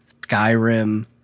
Skyrim